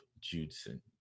Judson